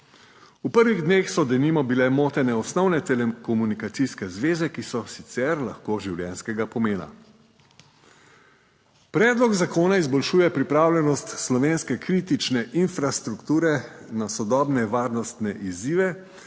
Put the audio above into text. V prvih dneh so denimo bile motene osnovne telekomunikacijske zveze, ki so sicer lahko življenjskega pomena. Predlog zakona izboljšuje pripravljenost slovenske kritične infrastrukture na sodobne varnostne izzive,